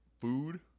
food